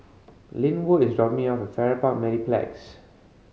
Lynwood is dropping me off Farrer Park Mediplex